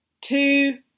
two